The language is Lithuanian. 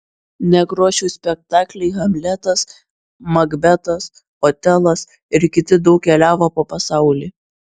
nekrošiaus spektakliai hamletas makbetas otelas ir kiti daug keliavo po pasaulį